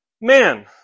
man